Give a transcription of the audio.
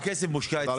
כמה כסף מושקע אצלכם?